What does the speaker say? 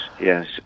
yes